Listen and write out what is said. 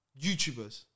YouTubers